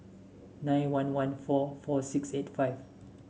nine one one four four six eight five